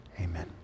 Amen